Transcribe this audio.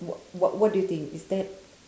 wh~ wha~ what do you think is that